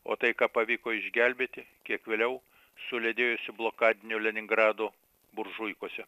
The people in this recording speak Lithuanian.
o tai ką pavyko išgelbėti kiek vėliau suledėjusio blokadinio leningrado buržuikose